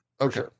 Okay